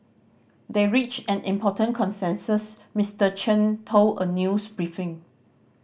they reached an important consensus Mister Chen told a news briefing